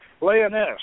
Leoness